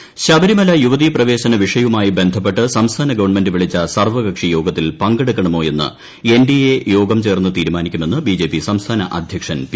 ശ്രീധരൻപിള്ള ശബരിമല യുവതീപ്രവേശന വിഷയവുമായി ബന്ധപ്പെട്ട് സംസ്ഥാന ഗവൺമെന്റ് വിളിച്ച സർവകക്ഷി യോഗത്തിൽ പങ്കെടുക്കണമോ എന്ന് എൻഡിഎ യോഗം ചേർന്ന് തീരുമാനിക്കുമെന്ന് ബിജെപി സംസ്ഥാന അധൃക്ഷൻ പി